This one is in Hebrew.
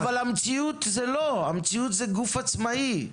אבל המציאות היא שזה גוף עצמאי.